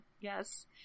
yes